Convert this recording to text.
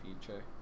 future